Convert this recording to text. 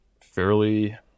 fairly